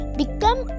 become